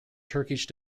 turkish